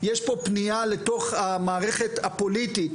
יש פה פנייה לתוך המערכת הפוליטית,